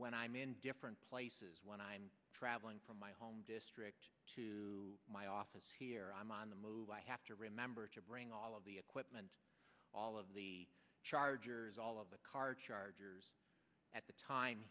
when i'm in different places when i'm traveling from my home district to my office here i'm on the move i have to remember to bring all of the equipment all of the chargers all of the car chargers at the time